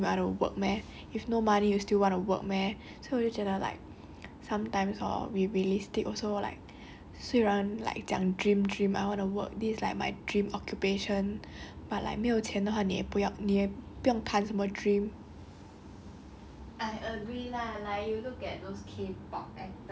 我觉得 no one wanna be a singer no one wanna be a actor like you just tell me cause of my dream I don't work meh if no money you still want to work meh so 就觉得 like sometimes hor we realistic also like 虽然 like 讲 dream dream I wanna work this like my dream occupation but like 没有钱的话你也不要你也不用谈什么 dream